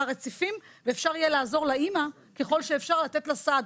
רציפים ואפשר יהיה לעזור לאימא ככל שאפשר ולתת לה סעד.